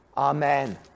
Amen